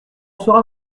sera